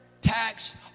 tax